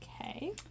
Okay